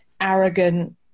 arrogant